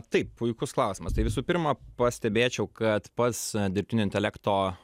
taip puikus klausimas tai visų pirma pastebėčiau kad pats dirbtinio intelekto